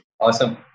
Awesome